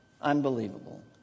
unbelievable